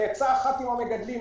בעצה אחת עם המגדלים,